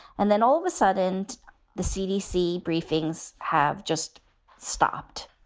and then all of a sudden and the cdc briefings have just stopped